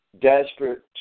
desperate